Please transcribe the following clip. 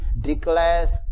declares